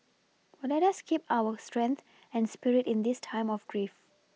let us keep up our strength and spirit in this time of grief